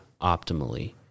optimally